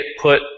put